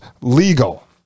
legal